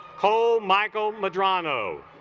col michael medrano